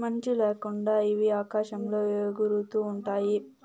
మంచి ల్యాకుండా ఇవి ఆకాశంలో ఎగురుతూ ఉంటాయి